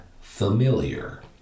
familiar